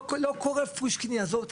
לא קורה פושקין יעזוב.